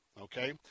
okay